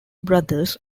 brothers